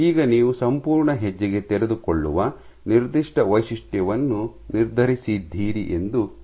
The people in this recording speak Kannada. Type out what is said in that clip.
ಈಗ ನೀವು ಸಂಪೂರ್ಣ ಹೆಜ್ಜೆಗೆ ತೆರೆದುಕೊಳ್ಳುವ ನಿರ್ದಿಷ್ಟ ವೈಶಿಷ್ಟ್ಯವನ್ನು ನಿರ್ಧರಿಸಿದ್ದೀರಿ ಎಂದು ಊಹಿಸೋಣ